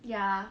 ya